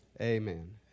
Amen